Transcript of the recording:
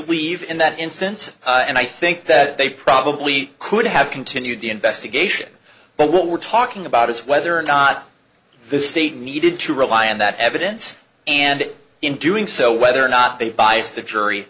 leave in that instance and i think that they probably could have continued the investigation but what we're talking about is whether or not this state needed to rely on that evidence and in doing so whether or not they bias the jury